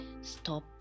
stop